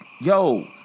Yo